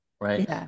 right